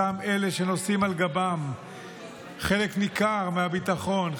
אותם אלה שנושאים על גבם חלק ניכר מהביטחון,